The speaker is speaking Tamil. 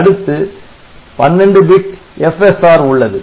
அடுத்து 12 பிட் FSR உள்ளது